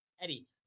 Eddie